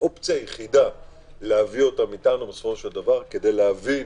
האופציה היחידה להביא אותם אתנו, כדי להבין